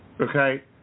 Okay